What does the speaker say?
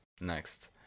next